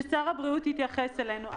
ששר הבריאות יתייחס אלינו.